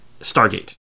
Stargate